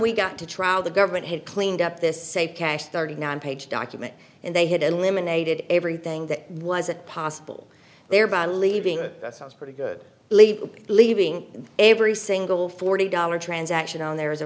we got to trial the government had cleaned up this save cash thirty nine page document and they had eliminated everything that wasn't possible thereby leaving it sounds pretty good leave leaving every single forty dollar transaction on there is a